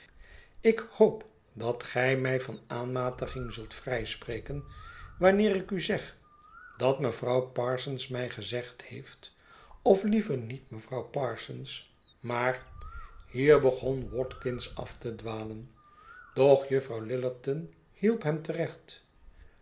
ik hoop dat gij mij van aanmatiging zult vrijspreken wanneer ik u zeg dat mevrouw parsons mij gezegd heeft of liever niet mevrouw parsons maar hier begon watkins af te dwalen doch juffrouw lillerton hielp hem